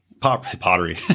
Pottery